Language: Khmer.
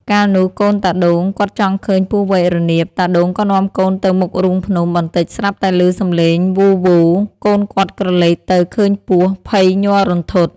កាលនោះកូនតាដូង គាត់ចង់ឃើញពស់វែករនាម តាដូងក៏នាំកូនទៅមុខរូងភ្នំ បន្តិចស្រាប់តែឮសំឡេងវូរៗ កូនគាត់ក្រឡេកទៅឃើញពស់ ភ័យញ័ររន្ធត់។